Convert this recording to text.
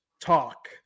talk